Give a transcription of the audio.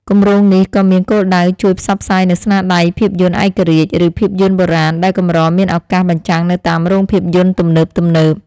គម្រោងនេះក៏មានគោលដៅជួយផ្សព្វផ្សាយនូវស្នាដៃភាពយន្តឯករាជ្យ ឬភាពយន្តបុរាណដែលកម្រមានឱកាសបញ្ចាំងនៅតាមរោងភាពយន្តទំនើបៗ។